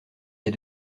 est